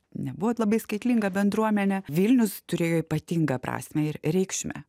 nebuvo labai skaitlinga bendruomenė vilnius turėjo ypatingą prasmę ir reikšmę